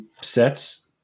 sets